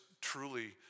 truly